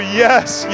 yes